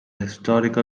historical